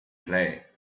play